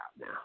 now